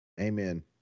amen